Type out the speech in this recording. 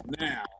now